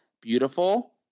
beautiful